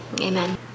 amen